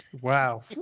wow